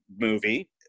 movie